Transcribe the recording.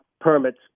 permits